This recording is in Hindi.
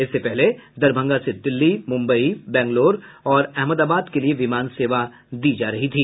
इससे पहले दरभंगा से दिल्ली मूम्बई बंगलोर और अहमदाबाद के लिए विमान सेवा दी जा रही थी